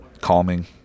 Calming